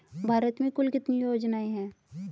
भारत में कुल कितनी योजनाएं हैं?